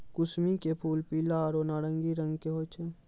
कुसमी के फूल पीला आरो नारंगी रंग के होय छै